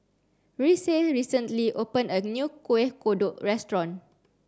Reese recently opened a new Kueh Kodok restaurant